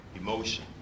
emotion